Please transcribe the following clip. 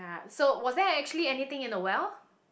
so was there actually anything in the well